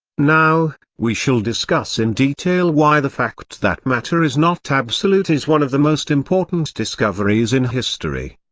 now, we shall discuss in detail why the fact that matter is not absolute is one of the most important discoveries in history.